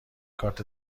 کارت